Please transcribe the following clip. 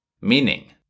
Meaning